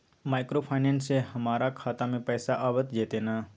Microfinance से हमारा खाता में पैसा आबय जेतै न?